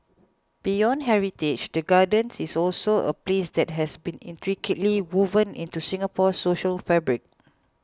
beyond heritage the Gardens is also a place that has been intricately woven into Singapore's social fabric